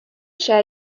share